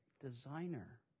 designer